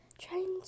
trying